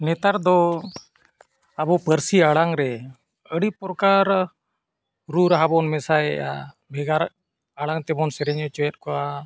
ᱱᱮᱛᱟᱨ ᱫᱚ ᱟᱵᱚ ᱯᱟᱹᱨᱥᱤ ᱟᱲᱟᱝ ᱨᱮ ᱟᱹᱰᱤ ᱯᱨᱚᱠᱟᱨ ᱨᱩ ᱨᱟᱦᱟ ᱵᱚᱱ ᱢᱮᱥᱟᱭᱮᱜᱼᱟ ᱵᱷᱮᱜᱟᱨ ᱟᱲᱟᱝ ᱛᱮᱵᱚᱱ ᱥᱮᱨᱮᱧ ᱦᱚᱪᱚᱭᱮᱫ ᱠᱚᱣᱟ